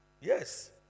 Yes